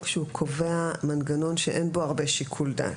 שקובע מנגנון שאין בו הרבה שיקול דעת.